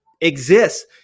exists